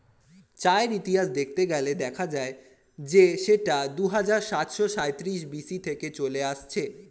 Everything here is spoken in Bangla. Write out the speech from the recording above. চায়ের ইতিহাস দেখতে গেলে দেখা যায় যে সেটা দুহাজার সাতশো সাঁইত্রিশ বি.সি থেকে চলে আসছে